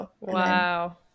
Wow